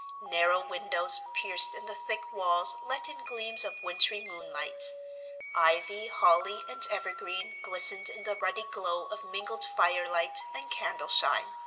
narrow windows pierced in the thick walls let in gleams of wintry moonlight ivy, holly, and evergreen glistened in the ruddy glow of mingled firelight and candle shine.